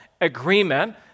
agreement